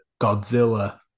Godzilla